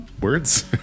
Words